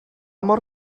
mor